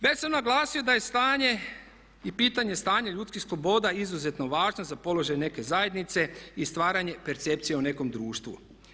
Već sam naglasio da je stanje i pitanje stanja ljudskih sloboda izuzetno važno za položaj neke zajednice i stvaranje percepcije o nekom društvu.